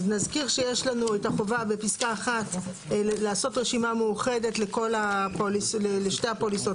נזכיר שיש לנו את החובה בפסקה (1) לעשות רשימה מאוחדת לשתי הפוליסות,